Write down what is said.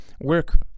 work